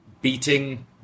beating